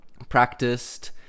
practiced